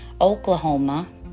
Oklahoma